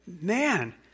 man